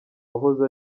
wahoze